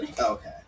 Okay